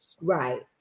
Right